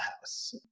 house